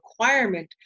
requirement